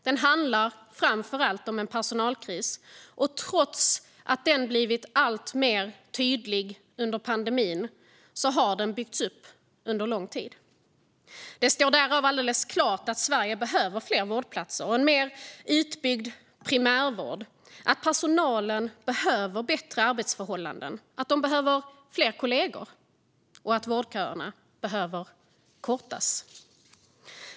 Det handlar framför allt om en personalkris, och trots att den blivit alltmer tydlig under pandemin har den byggts upp under lång tid. Det står därav alldeles klart att Sverige behöver fler vårdplatser och en mer utbyggd primärvård, att personalen behöver bättre arbetsförhållanden, att de behöver fler kollegor och att vårdköerna behöver kortas.